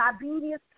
diabetes